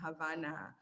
Havana